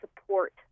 support